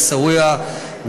עיסאוויה,